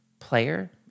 Player